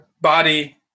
body